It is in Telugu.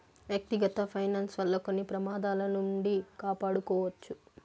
వ్యక్తిగత ఫైనాన్స్ వల్ల కొన్ని ప్రమాదాల నుండి కాపాడుకోవచ్చు